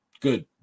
Good